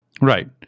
right